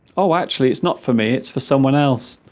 oh actually it's not for me it's for someone else